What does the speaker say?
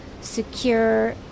secure